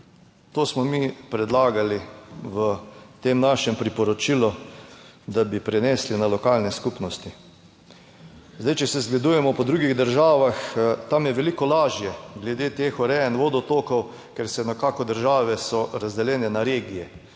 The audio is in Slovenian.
To smo mi predlagali v tem našem priporočilu, da bi prenesli na lokalne skupnosti. Zdaj, če se zgledujemo po drugih državah, tam je veliko lažje, glede teh urejanj vodotokov, ker se nekako, države so razdeljene na regije,